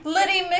Liddy